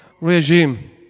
regime